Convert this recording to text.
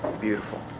beautiful